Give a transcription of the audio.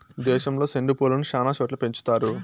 దేశంలో సెండు పూలను శ్యానా చోట్ల పెంచుతారు